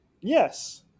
Yes